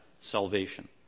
salvation